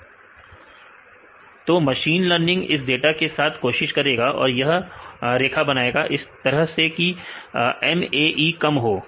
तुम machine learning इस data के साथ कोशिश करेगा और यह रेखा बनाएगा इस तरह से की MAE कम हो